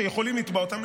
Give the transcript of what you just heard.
שיכולים לתבוע אותם,